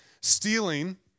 stealing